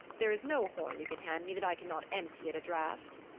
there is no horn you can hand me that i cannot empty at a draught.